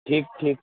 ٹھیک ٹھیک